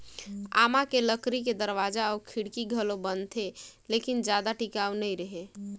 आमा के लकरी के दरवाजा अउ खिड़की घलो बनथे लेकिन जादा टिकऊ नइ रहें